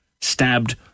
stabbed